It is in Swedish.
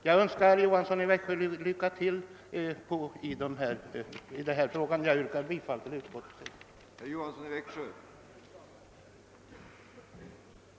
Jag önskar herr Johansson i Växjö lycka till med det och yrkar bifall till utskottets hemställan.